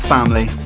Family